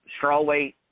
strawweight